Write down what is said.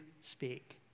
speak